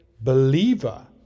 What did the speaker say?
believer